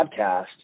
podcast